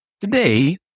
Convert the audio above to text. today